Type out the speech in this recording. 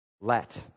Let